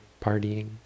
partying